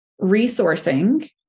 resourcing